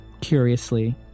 curiously